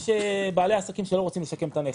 יש בעלי עסקים שלא רוצים לשקם את הנכס,